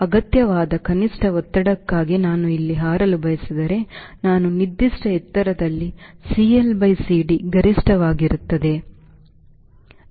ಅಗತ್ಯವಾದ ಕನಿಷ್ಠ ಒತ್ತಡಕ್ಕಾಗಿ ನಾನು ಇಲ್ಲಿ ಹಾರಲು ಬಯಸಿದರೆ ನಾನು ನಿರ್ದಿಷ್ಟ ಎತ್ತರದಲ್ಲಿ CLCD ಗರಿಷ್ಠವಾಗಿರುತ್ತದೆ